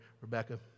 Rebecca